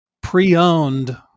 pre-owned